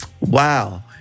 wow